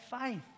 faith